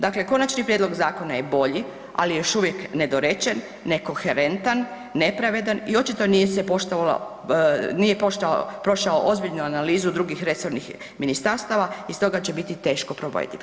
Dakle, konačni prijedlog zakona je bolji, ali je još uvijek nedorečen, nekoherentan, nepravedan i očito nije se poštovalo, nije prošao ozbiljnu analizu drugih resornih ministarstava i stoga će biti teško provediv.